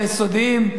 היסודיים,